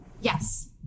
Yes